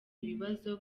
ibibazo